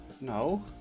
No